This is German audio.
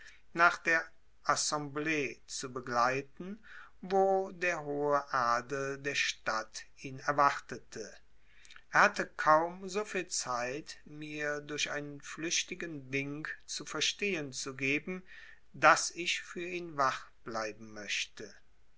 nach der assemblee zu begleiten wo der hohe adel der stadt ihn erwartete er hatte kaum soviel zeit mir durch einen flüchtigen wink zu verstehen zu geben daß ich für ihn wach bleiben möchte